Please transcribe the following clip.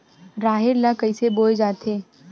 राहेर ल कइसे बोय जाथे?